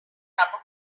rubber